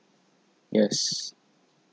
yes